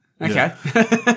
Okay